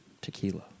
tequila